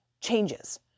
changes